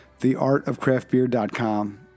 Theartofcraftbeer.com